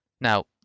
Now